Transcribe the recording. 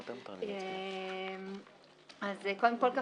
קודם כול,